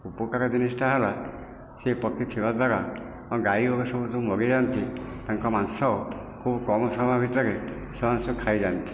ଉପକାର ଜିନିଷଟା ହେଲା ସେ ପକ୍ଷୀ ଥିବା ଦ୍ୱାରା ଆମ ଗାଈଗୋରୁ ଯେଉଁ ସବୁ ମରିଯାଆନ୍ତି ତାଙ୍କ ମାଂସ ଖୁବ କମ୍ ସମୟ ଭିତରେ ସେମାନେ ସବୁ ଖାଇଯାଆନ୍ତି